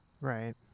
Right